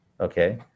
Okay